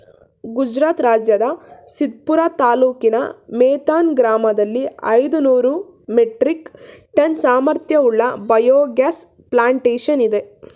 ಗುಜರಾತ್ ರಾಜ್ಯದ ಸಿದ್ಪುರ ತಾಲೂಕಿನ ಮೇಥಾನ್ ಗ್ರಾಮದಲ್ಲಿ ಐದುನೂರು ಮೆಟ್ರಿಕ್ ಟನ್ ಸಾಮರ್ಥ್ಯವುಳ್ಳ ಬಯೋಗ್ಯಾಸ್ ಪ್ಲಾಂಟೇಶನ್ ಇದೆ